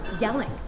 yelling